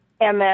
MS